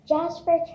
Jasper